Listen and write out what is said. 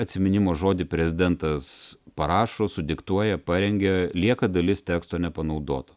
atsiminimo žodį prezidentas parašo sudiktuoja parengia lieka dalis teksto nepanaudota